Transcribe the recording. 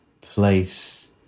place